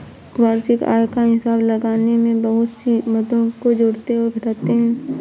वार्षिक आय का हिसाब लगाने में बहुत सी मदों को जोड़ते और घटाते है